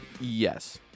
Yes